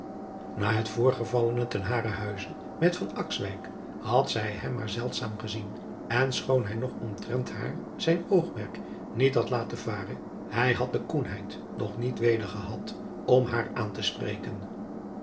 a het voorgevallene ten haren huize met had zij hem maar zeldzaam gezien en schoon hij nog omtrent haar zijn oogmerk niet had laten varen hij had de koenheid nog niet weder gehad om haar aantespreken nder